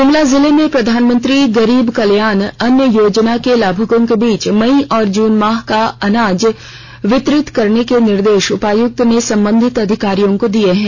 ग्ममला जिले में प्रधानमंत्री गरीब कल्याण अन्न योजना के लाभुकों के बीच मई और जून माह का अनाज वितरित करने के निर्देश उपायुक्त ने संबंधित अधिकारियों को दिए हैं